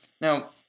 Now